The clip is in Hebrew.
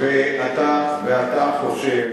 ואתה חושב